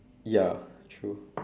ya true